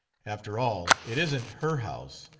after all, it isn't her house,